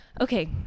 okay